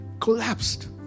collapsed